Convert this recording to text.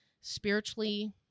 spiritually